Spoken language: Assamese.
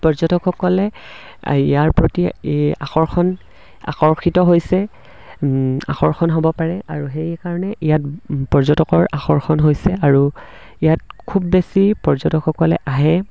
পৰ্যটকসকলে ইয়াৰ প্ৰতি আকৰ্ষণ আকৰ্ষিত হৈছে আকৰ্ষণ হ'ব পাৰে আৰু সেইকাৰণে ইয়াত পৰ্যটকৰ আকৰ্ষণ হৈছে আৰু ইয়াত খুব বেছি পৰ্যটকসকলে আহে